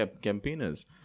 campaigners